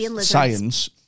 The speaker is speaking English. science